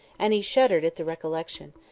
and he shuddered at the recollection.